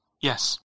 Yes